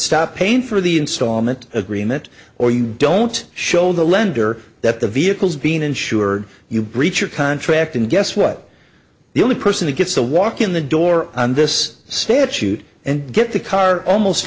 stop paying for the installment agreement or you don't show the lender that the vehicles being insured you breach of contract and guess what the only person who gets to walk in the door on this statute and get the car almost